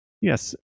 Yes